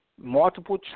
multiple